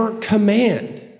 command